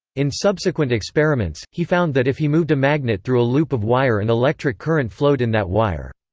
in subsequent experiments, he found that if he moved a magnet through a loop of wire an electric current flowed in that wire.